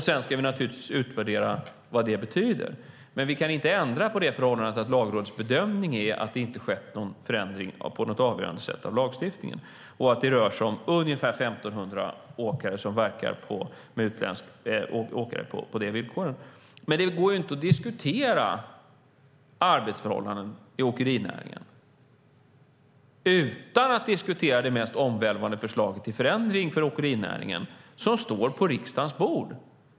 Sedan ska vi naturligtvis utvärdera vad det betyder. Men vi kan inte ändra på förhållandet att lagrådsbedömningen är att det inte har skett någon avgörande förändring av lagstiftningen och att det rör sig om ungefär 1 500 utländska åkare som verkar på de villkoren. Men det går ju inte att diskutera arbetsförhållanden i åkerinäringen utan att diskutera det mest omvälvande förslaget till förändring för åkerinäringen som ligger på riksdagens bord.